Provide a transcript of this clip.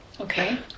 Okay